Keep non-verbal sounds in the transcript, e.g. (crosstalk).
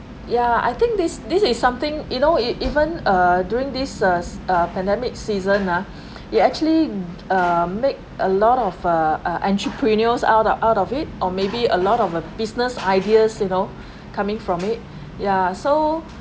ya I think this this is something you know e~ even uh during this is uh uh pandemic season ah (breath) it actually uh make a lot of uh uh entrepreneurs out of out of it or maybe a lot of uh business ideas you know (breath) coming from it ya so